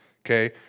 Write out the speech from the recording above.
okay